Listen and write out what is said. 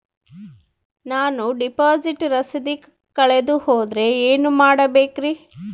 ನಾನು ಡಿಪಾಸಿಟ್ ರಸೇದಿ ಕಳೆದುಹೋದರೆ ಏನು ಮಾಡಬೇಕ್ರಿ?